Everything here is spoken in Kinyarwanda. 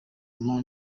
mama